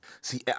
See